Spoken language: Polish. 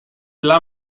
dla